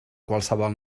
qualsevol